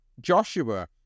Joshua